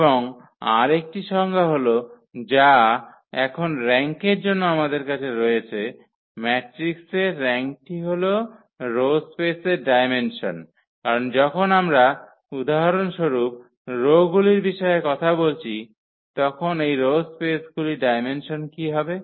এবং আর একটি সংজ্ঞা হল যা এখন র্যাঙ্কের জন্য আমাদের রয়েছে ম্যাট্রিক্সের র্যাঙ্কটি হল রো স্পেসের ডায়মেনসন কারণ যখন আমরা উদাহরণস্বরূপ রো গুলির বিষয়ে কথা বলছি তখন এই রো স্পেসগুলির ডায়মেনসন কী হবে